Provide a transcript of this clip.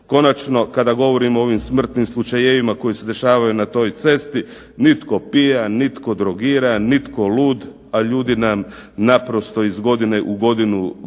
Konačno, kada govorim o ovim smrtnim slučajevima koji se dešavaju na toj cesti, nitko pijan, nitko drogiran, nitko lud, a ljudi nam naprosto iz godine u godinu ginu.